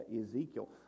Ezekiel